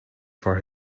for